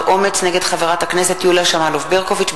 אומ"ץ נגד חברת הכנסת יוליה שמאלוב-ברקוביץ,